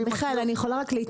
מיכאל, אני יכולה רק להתנצל?